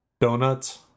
donuts